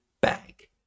bag